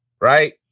Right